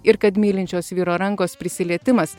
ir kad mylinčios vyro rankos prisilietimas